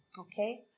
okay